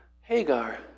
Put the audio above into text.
Hagar